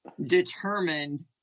determined